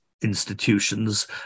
institutions